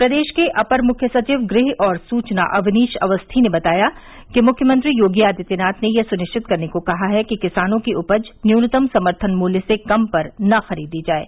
प्रदेश के अपर मुख्य सचिव गृह और सूचना अवनीश अवस्थी ने बताया कि मुख्यमंत्री योगी आदित्यनाथ ने यह सुनिश्चित करने को कहा है कि किसानों की उपज न्यूनतम समर्थन मूल्य से कम पर न खरीदी जाये